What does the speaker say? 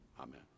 Amen